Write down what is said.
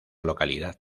localidad